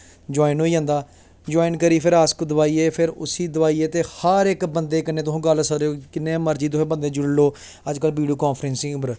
join करियै आस्क दवाइयै फिर उसी दवाइयै ते ते तुस हर बंदे कन्नैं गल्ल किन्नें मर्जी तुस बंदे जुड़ी लैओ अज्ज कल बीडियो कांफ्रैंसिंग पर